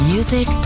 Music